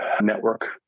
network